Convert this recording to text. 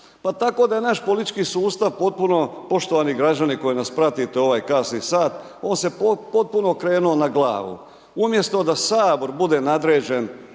pa tako da je naš politički sustav potpuno, poštovani građani koji nas pratite u ovaj kasni sat, on se potpuno okrenuo na glavu. Umjesto da Sabor bude nadređen